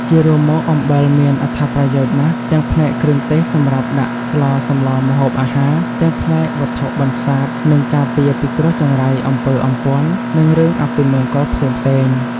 ជារួមមកអំបិលមានអត្ថប្រយោជន៍ណាស់ទាំងផ្នែកគ្រឿងទេសសម្រាប់ដាក់ស្លសម្លរម្ហូបអាហារ ទាំងផ្នែកវត្ថុបន្សាប និងការពារពីគ្រោះចង្រៃ អំពើអំព័ន្ធ និងរឿងអពមង្គលផ្សេងៗ។